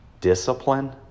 Discipline